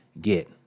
get